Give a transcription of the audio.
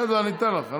בסדר, אני אתן לך.